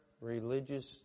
religious